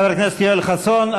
חבר הכנסת יואל חסון,